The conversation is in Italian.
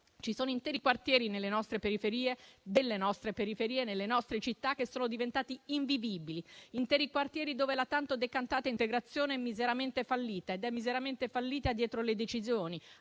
ci sono interi quartieri delle nostre periferie, nelle nostre città, che sono diventati invivibili; interi quartieri dove la tanto decantata integrazione è miseramente fallita dietro le decisioni,